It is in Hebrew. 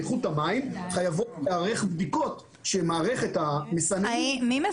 באיכות המים חייבות להיערך בדיקות שמערכת --- יובל,